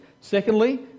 Secondly